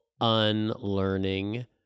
unlearning